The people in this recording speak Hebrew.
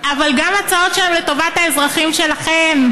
אבל גם הצעות שהן לטובת האזרחים שלכם,